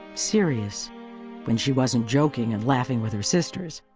serious when she wasn't joking and laughing with her sisters.